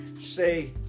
say